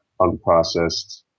unprocessed